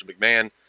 McMahon